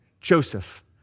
Joseph